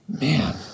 man